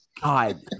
God